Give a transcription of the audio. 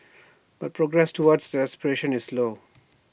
but progress towards that aspiration is slow